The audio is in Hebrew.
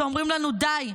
שאומרים לנו: די,